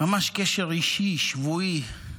ממש קשר אישי, שבועי.